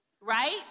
right